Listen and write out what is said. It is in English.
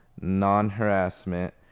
non-harassment